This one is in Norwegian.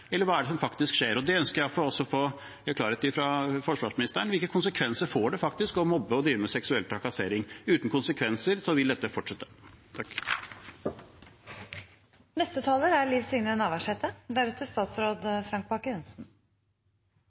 eller hva er det som faktisk skjer? Det ønsker jeg også å få klarhet i fra forsvarsministeren. Hvilke konsekvenser får det faktisk å mobbe og drive med seksuell trakassering? Uten konsekvenser vil dette fortsette. Ombodsmannsnenmda for Forsvaret er